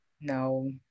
No